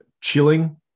chilling